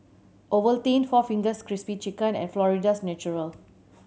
Ovaltine four Fingers Crispy Chicken and Florida's Natural